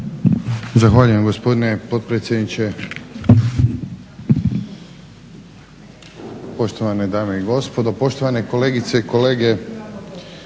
Zahvaljujem gospodine potpredsjedniče. Poštovane dame i gospodo, poštovane kolegice i kolege.